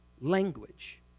language